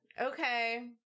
Okay